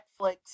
Netflix